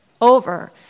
over